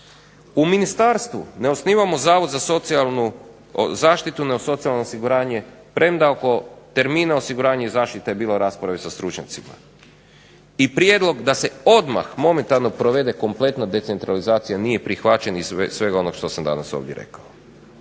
U Ministarstvu ne osnivamo zavod za socijalnu zaštitu nego socijalno osiguranje, premda oko termina osiguranje i zaštite je bilo rasprave sa stručnjacima i prijedlog da se odmah momentalno provede kompletna decentralizacija nije prihvaćen iz svega onoga što sam danas ovdje rekao.